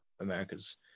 america's